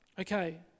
Okay